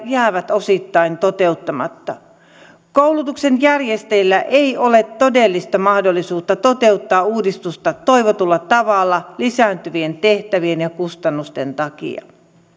jäävät osittain toteuttamatta koulutuksen järjestäjillä ei ole todellista mahdollisuutta toteuttaa uudistusta toivotulla tavalla lisääntyvien tehtävien ja kustannusten takia